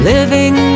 Living